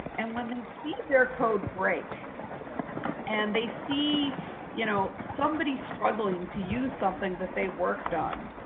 and when they see their code break and they see you know somebody struggling to use something that they worked on,